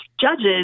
judges